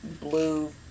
blue